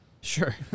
Sure